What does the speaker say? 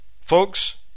Folks